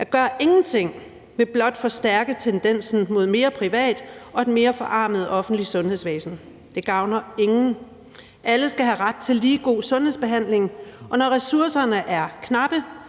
At gøre ingenting vil blot forstærke tendensen mod mere privat og et mere forarmet offentligt sundhedsvæsen. Det gavner ingen. Alle skal have ret til lige god sundhedsbehandling, og når ressourcerne er knappe,